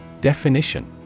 Definition